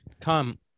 Tom